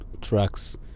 trucks